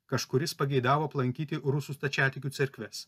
kažkuris pageidavo aplankyti rusų stačiatikių cerkves